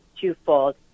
twofold